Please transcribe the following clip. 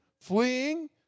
fleeing